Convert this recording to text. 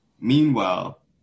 meanwhile